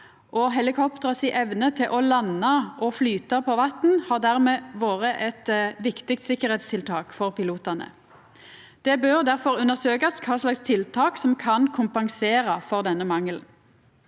helikopteret si evne til å landa og flyta på vatn har dermed vore eit viktig sikkerheitstiltak for pilotane. Det bør difor undersøkjast kva slags tiltak som kan kompensera for denne mangelen.